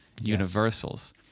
universals